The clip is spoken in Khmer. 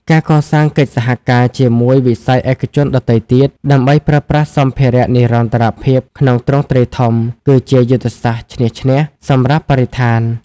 ការកសាងកិច្ចសហការជាមួយវិស័យឯកជនដទៃទៀត ដើម្បីប្រើប្រាស់សម្ភារៈនិរន្តរភាពក្នុងទ្រង់ទ្រាយធំ គឺជាយុទ្ធសាស្ត្រឈ្នះ-ឈ្នះ សម្រាប់បរិស្ថាន។